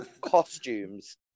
costumes